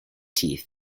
teeth